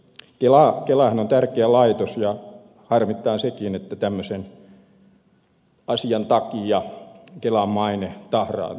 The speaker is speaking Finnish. kelahan on tärkeä laitos ja harmittaa sekin että tämmöisen asian takia kelan maine tahraantuu